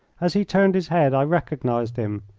as he turned his head i recognised him.